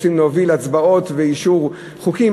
רוצים להוביל הצבעות ואישור חוקים.